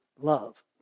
love